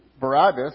Barabbas